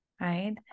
right